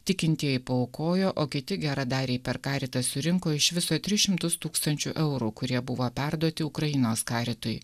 tikintieji paaukojo o kiti geradariai per karitą surinko iš viso tris šimtus tūkstančių eurų kurie buvo perduoti ukrainos karitui